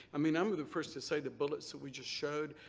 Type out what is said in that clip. i mean, i'm but the first to say the bullets that we just showed,